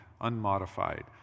unmodified